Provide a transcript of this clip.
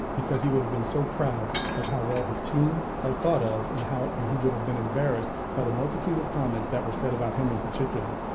because he would have been so proud of how well his team are thought of and how and he would have been embarrassed by the multitude of comments that were said about him in particular.